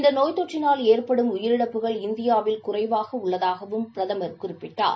இந்த நோய் தொற்றினால் ஏற்படும் உயிரிழப்புகள் இந்தியாவில் குறைவாக உள்ளதாகவும் அவர் குறிப்பிட்டார்